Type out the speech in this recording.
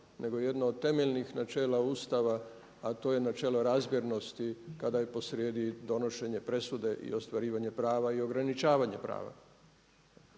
nego jedno od temeljnih načela Ustava a to je načelo razmjernosti kada je posrijedi donošenje presude i ostvarivanje prava i ograničavanje prava.